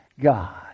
God